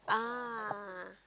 ah